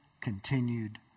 continued